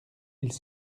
ils